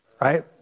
right